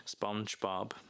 SpongeBob